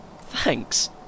Thanks